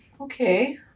Okay